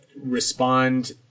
respond